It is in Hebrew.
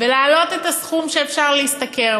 ולהעלות את הסכום שאפשר להשתכר.